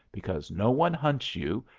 because no one hunts you,